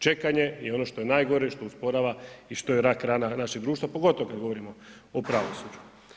Čekanje je ono što je najgore, što usporava i što je rak rana našeg društva pogotovo kad govorimo o pravosuđu.